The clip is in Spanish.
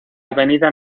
avenida